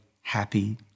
happy